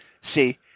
See